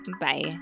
Bye